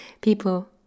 people